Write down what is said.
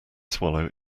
swallow